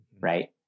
right